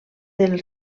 del